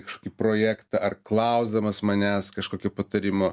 kažkokį projektą ar klausdamas manęs kažkokio patarimo